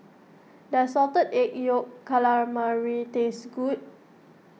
does Salted Egg Yolk Calamari taste good